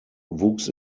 wuchs